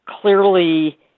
clearly